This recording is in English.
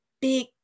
big